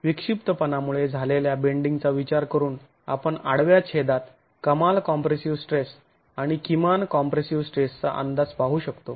विक्षिप्तपणामुळे झालेल्या बेंडींगचा विचार करून आपण आडव्या छेदात कमाल कॉम्प्रेसीव स्ट्रेस आणि किमान कॉम्प्रेसीव स्ट्रेसचा अंदाज पाहू शकतो